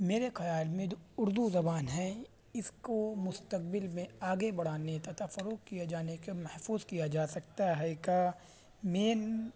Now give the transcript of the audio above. میرے خیال میں جو اردو زبان ہے اس کو مسقبل میں آگے بڑھانے تتھا فروغ کیے جانے کے محفوظ کیا جا سکتا ہے کا مین